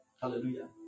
hallelujah